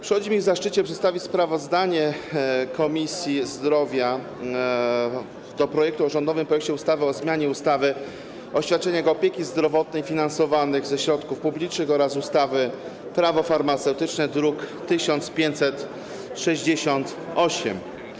Przychodzi mi w zaszczycie przedstawić sprawozdanie Komisji Zdrowia na temat rządowego projektu ustawy o zmianie ustawy o świadczeniach opieki zdrowotnej finansowanych ze środków publicznych oraz ustawy - Prawo farmaceutyczne, druk nr 1568.